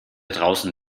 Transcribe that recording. draußen